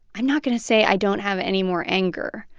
i'm not going to say i don't have any more anger.